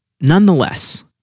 Nonetheless